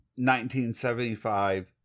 1975